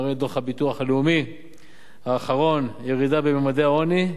מראה דוח הביטוח הלאומי האחרון ירידה בממדי העוני,